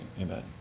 Amen